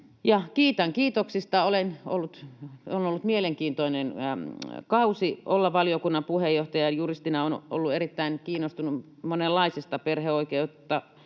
kiitän kiitoksista. On ollut mielenkiintoinen kausi olla valiokunnan puheenjohtaja. Juristina olen ollut erittäin kiinnostunut monenlaisista — perheoikeutta,